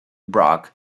brock